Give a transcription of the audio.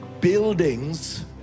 buildings